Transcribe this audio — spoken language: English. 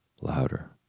louder